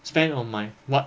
spend on my what